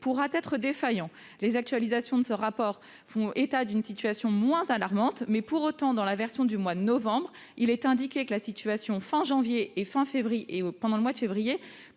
pourrait être défaillant. Les actualisations de ce rapport font état d'une situation moins alarmante ; pour autant, dans la version du mois de novembre, il est indiqué que la situation fin janvier et durant le mois de février